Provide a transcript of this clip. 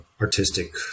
artistic